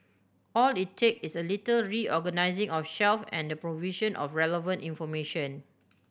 all it take is a little reorganising of shelve and the provision of relevant information